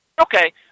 Okay